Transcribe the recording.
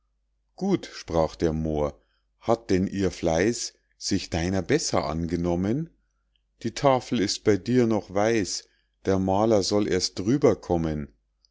gut sprach der mohr hat denn ihr fleiß sich deiner besser angenommen die tafel ist bei dir noch weiß der maler soll erst drüber kommen